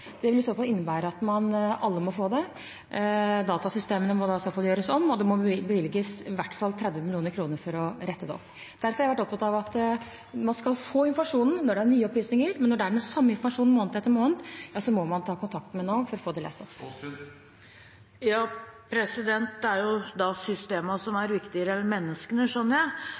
vil innebære at alle må få det. Datasystemene må da i så fall gjøres om, og det må bevilges i hvert fall 30 mill. kr for å rette det opp. Derfor har jeg vært opptatt av at man skal få informasjonen når det er nye opplysninger, men når det er den samme informasjonen måned etter måned, må man ta kontakt med Nav for å få det lest opp. Da er systemene viktigere enn menneskene, skjønner jeg. Men jeg skjønner ikke helt hva statsråden legger i den avgrensningen som